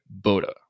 Boda